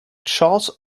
charles